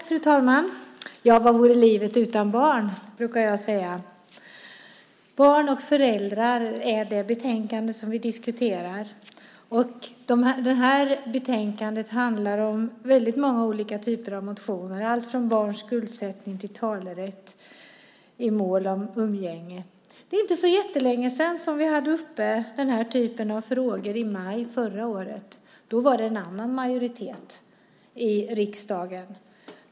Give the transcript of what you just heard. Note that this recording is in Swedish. Fru talman! Vad vore livet utan barn, brukar jag säga. Barn och föräldrar heter det betänkande som vi diskuterar. Det handlar om väldigt många olika typer av motioner om allt från barns skuldsättning till talerätt i mål om umgänge. Det är inte så länge sedan vi hade den här typen av frågor uppe. Det var i maj förra året, då det var en annan majoritet i riksdagen.